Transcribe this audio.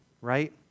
right